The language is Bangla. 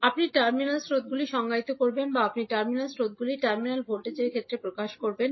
আপনি টার্মিনাল স্রোতগুলি সংজ্ঞায়িত করবেন বা আপনি টার্মিনাল স্রোতগুলি টার্মিনাল ভোল্টেজের ক্ষেত্রে প্রকাশ করবেন